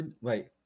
wait